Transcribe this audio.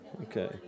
okay